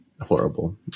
horrible